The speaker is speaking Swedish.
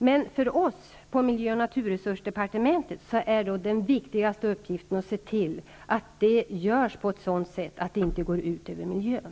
Men för oss på miljö och naturresursdepartementet är den viktigaste uppgiften att se till att detta görs på ett sådant sätt att det inte går ut över miljön.